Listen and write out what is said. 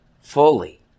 fully